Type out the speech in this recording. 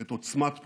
את עוצמת פעולתנו.